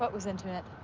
but was intimate?